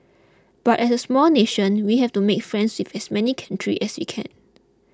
but as a small nation we have to make friends with as many countries as we can